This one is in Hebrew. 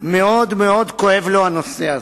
מאוד מאוד כואב לו הנושא הזה.